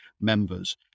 members